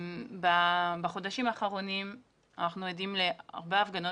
בחודשים האחרונים אנחנו עדים להרבה הפגנות